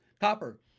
Copper